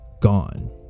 gone